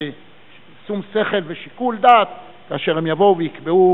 ושום שכל ושיקול דעת כאשר הם יבואו ויקבעו